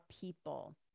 people